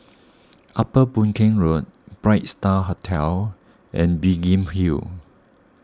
Upper Boon Keng Road Bright Star Hotel and Biggin Hill Road